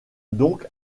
donc